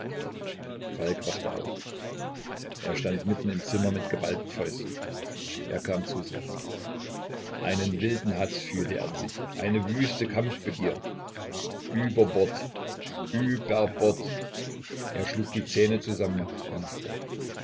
falk wachte auf er stand mitten im zimmer mit geballten fäusten er kam zu sich einen wilden haß fühlte er in sich eine wüste kampfbegier über bord über bord er schlug die zähne zusammen ihn fror